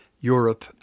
Europe